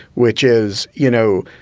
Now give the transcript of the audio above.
which is, you know.